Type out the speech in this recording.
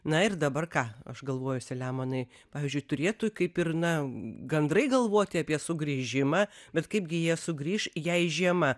na ir dabar ką aš galvoju saliamonai pavyzdžiui turėtų kaip ir na gandrai galvoti apie sugrįžimą bet kaipgi jie sugrįš jei žiema